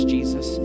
Jesus